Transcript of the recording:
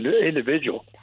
individual